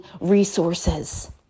resources